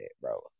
bro